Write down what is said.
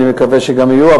אני מקווה שגם יהיו,